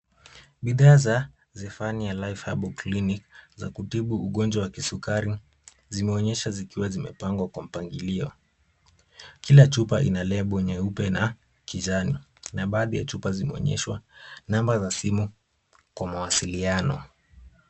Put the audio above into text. Bidhaa za Zephania herbal clinic za kutibu ugonjwa wa kisukari zimeonyeshwa zikiwa zimepangwa kwa mpangilio. Kila chupa ina lebo nyeupe na kijani na baadhi ya chupa zimeonyeshwa namba ya simu kwa mawasiliano.